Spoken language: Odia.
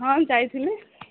ହଁ ଯାଇଥିଲି